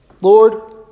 Lord